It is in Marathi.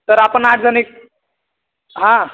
तर आपण आठ जण एक हा